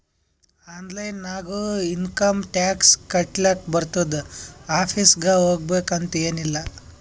online ನಾಗು income tax ಕಟ್ಲಾಕ್ ಬರ್ತುದ್ ಆಫೀಸ್ಗ ಹೋಗ್ಬೇಕ್ ಅಂತ್ ಎನ್ ಇಲ್ಲ